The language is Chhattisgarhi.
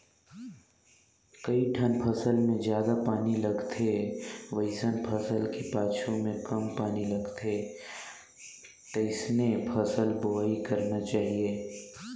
कइठन फसल मे जादा पानी लगथे वइसन फसल के पाछू में कम पानी लगथे तइसने फसल बोवाई करना चाहीये